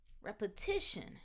Repetition